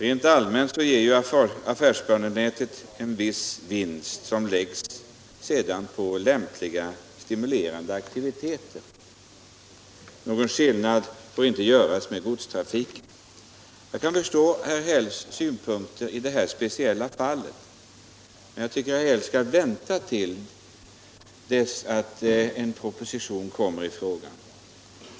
Rent allmänt ger affärsbanenätet en viss vinst, som sedan läggs på lämpliga stimulerande aktiviteter. Någon skillnad får inte göras i fråga om godstrafiken. Jag kan förstå herr Hälls synpunkter i det här speciella fallet, men jag tycker att herr Häll skall vänta till dess att en proposition kommer i frågan.